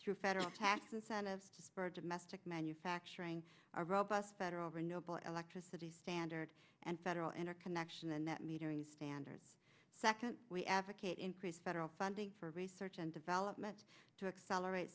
through federal tax incentives to spur domestic manufacturing a robust federal renewable electricity standard and federal interconnection the net metering standard second we advocate increased federal funding for research and development to accelerate